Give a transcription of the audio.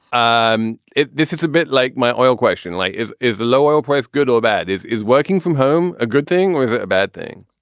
um this is a bit like my oil question. like is is a low oil price good or bad? is is working from home a good thing or is it a bad thing?